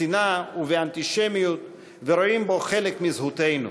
בשנאה ובאנטישמיות ורואים בו חלק מזהותנו.